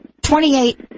twenty-eight